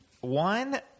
One